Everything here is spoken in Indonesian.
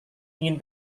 ingin